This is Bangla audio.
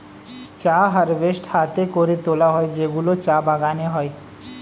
চা হারভেস্ট হাতে করে তোলা হয় যেগুলো চা বাগানে হয়